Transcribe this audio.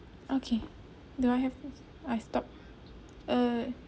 okay do I have I stop err